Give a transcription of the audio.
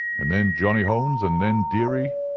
and then johnny hones, and then, dearie,